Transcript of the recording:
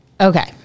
Okay